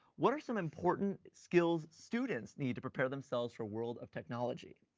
what are some important skills students need to prepare themselves for world of technology?